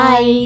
Bye